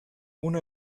una